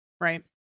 Right